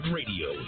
radio